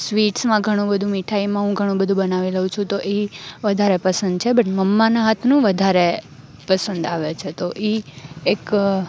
સ્વિટસમાં ઘણું બધું મીઠાઇમાં હું ઘણું બધું બનાવી લઉં છું તો ઈ વધારે પસંદ છે બટ મમ્માના હાથનું વધારે પસંદ આવે છે તો ઈ એક